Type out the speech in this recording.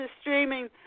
streaming